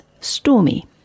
stormy